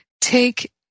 Take